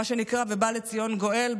מה שנקרא, ובא לציון גואל.